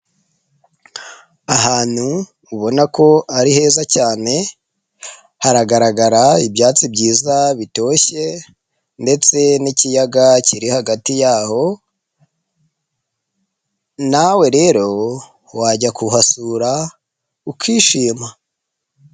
Ahantu ubona ko ari heza cyane, haragaragara ibyatsi byiza bitoshye ndetse n'ikiyaga kiri hagati yaho nawe rero wajya kuhasura ukishima.